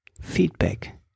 feedback